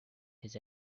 his